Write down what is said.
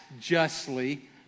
justly